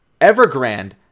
Evergrande